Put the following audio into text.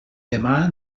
demà